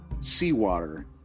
seawater